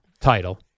title